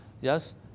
Yes